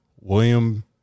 William